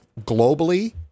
globally